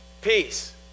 peace